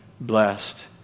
blessed